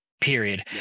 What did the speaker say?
period